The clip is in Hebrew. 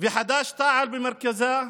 וחד"ש-תע"ל במרכזה,